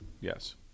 Yes